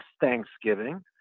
Thanksgiving